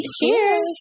Cheers